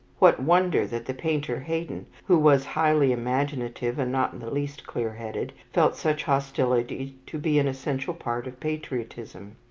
what wonder that the painter haydon, who was highly imaginative and not in the least clear-headed, felt such hostility to be an essential part of patriotism?